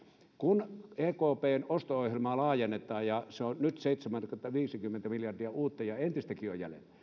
kun ekpn osto ohjelmaa laajennetaan ja se on nyt seitsemänsataaviisikymmentä miljardia uutta ja entistäkin on jäljellä